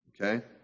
Okay